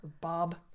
Bob